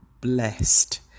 blessed